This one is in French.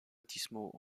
baptismaux